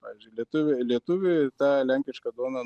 pavyzdžiui lietuviai lietuviui tą lenkiška duona